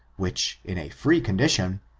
which, in a free condition,